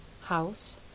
House